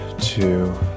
two